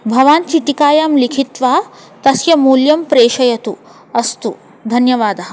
भवान् चीटिकायां लिखित्वा तस्य मूल्यं प्रेषयतु अस्तु धन्यवादः